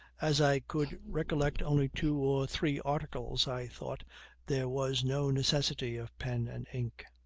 as i could recollect only two or three articles i thought there was no necessity of pen and ink.